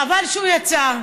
חבל שהוא יצא,